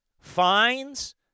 fines